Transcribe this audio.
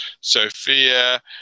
Sophia